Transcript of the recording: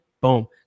boom